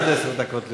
עד עשר דקות לרשותך.